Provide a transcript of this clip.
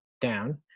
down